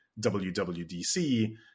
WWDC